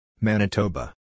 Manitoba